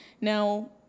now